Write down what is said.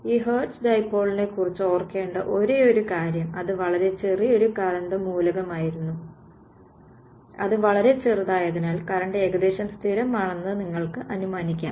ഈ ഹെർട്സ് ഡൈപോളിനെക്കുറിച്ച് ഓർക്കേണ്ട ഒരേയൊരു കാര്യം അത് വളരെ ചെറിയ ഒരു കറന്റ് മൂലകമായിരുന്നു അത് വളരെ ചെറുതായതിനാൽ കറന്റ് ഏകദേശം സ്ഥിരമാണെന്ന് നിങ്ങൾക്ക് അനുമാനിക്കാം